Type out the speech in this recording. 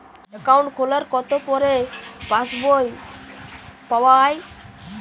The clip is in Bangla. অ্যাকাউন্ট খোলার কতো পরে পাস বই পাওয়া য়ায়?